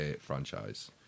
franchise